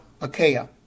Achaia